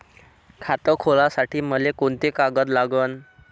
खात खोलासाठी मले कोंते कागद लागन?